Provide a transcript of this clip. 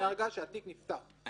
מהרגע שהתיק נפתח,